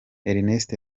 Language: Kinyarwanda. ernest